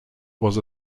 was